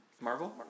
Marvel